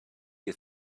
you